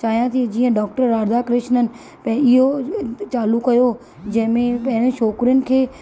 चाहियां थी जीअं डॅाक्टर राधा कृष्नन त इहो चालू कयो जंहिंमें पहिरियों छोकिरियुनि खे